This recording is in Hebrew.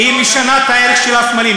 היא משנה את הערך של הסמלים.